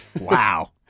Wow